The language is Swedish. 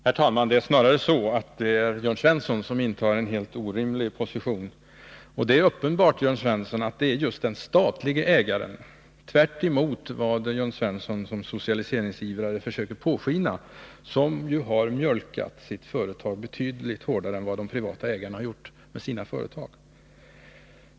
Herr talman! Snarare är det Jörn Svensson som intar en helt orimlig position. Och det är uppenbarligen — tvärtemot vad Jörn Svensson som socialiseringsivrare försöker påskina — just den statlige ägaren som har mjölkat sitt företag betydligt hårdare än de privata ägarna har gjort med sina.